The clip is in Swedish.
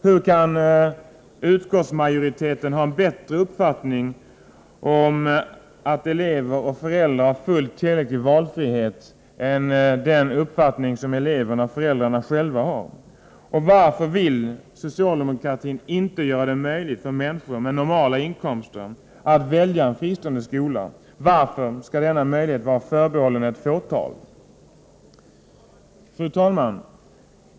Hur kan utskottsmajoriteten ha en bättre uppfattning om huruvida eleverna och föräldrarna har fullt tillräcklig valfrihet än den uppfattning som elever och föräldrar själva har? Och varför vill socialdemokratin inte göra det möjligt för människor med normala inkomster att välja en fristående skola? Varför skall denna möjlighet vara förbehållen ett fåtal? Fru talman!